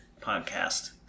podcast